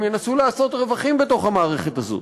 הם ינסו לעשות רווחים בתוך המערכת הזו.